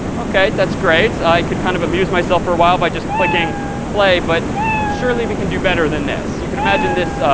ok, that's great. i could kind of amuse myself for a while by just clicking play, but surely we can do better than this. you can imagine this